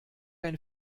ein